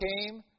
came